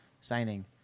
signing